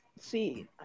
See